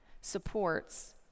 supports